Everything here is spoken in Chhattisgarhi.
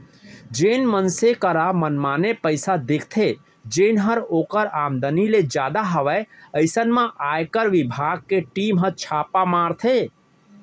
जेन मनसे करा मनमाने पइसा दिखथे जेनहर ओकर आमदनी ले जादा हवय अइसन म आयकर बिभाग के टीम हर छापा मारथे